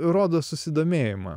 rodo susidomėjimą